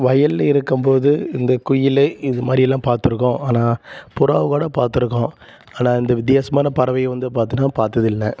வயலில் இருக்கும் போது இந்த குயில் இது மாதிரி எல்லாம் பார்த்துருக்கோம் ஆனால் புறாவைகூட பார்த்துருக்கோம் ஆனால் இந்த வித்தியாசமான பறவை வந்து பார்த்தீங்கன்னா பார்த்தது இல்லை